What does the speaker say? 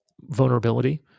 vulnerability